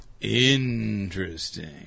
interesting